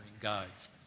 guides